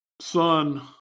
son